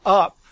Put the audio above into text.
up